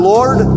Lord